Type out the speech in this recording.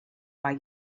why